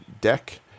deck